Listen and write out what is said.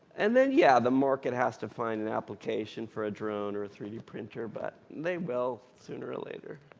and then, yeah, the market has to find an application for a drone or for a three d printer. but they will, sooner or later.